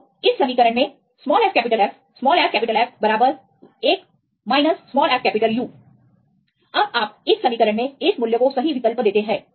तो इस समीकरण के बराबर fF fF 1 fU अब आप इस समीकरण में इस मूल्य को सही विकल्प देते हैं